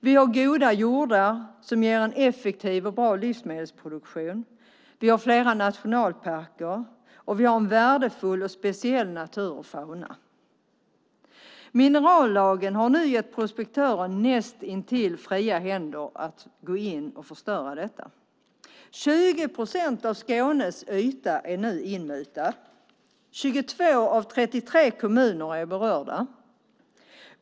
Vi har goda jordar som ger en effektiv och bra livsmedelsproduktion. Vi har flera nationalparker. Och vi har en värdefull och speciell natur och fauna. Minerallagen har nu gett prospektören näst intill fria händer att gå in och förstöra detta. 20 procent av Skånes yta är numera inmutat. 22 av 33 kommuner är berörda.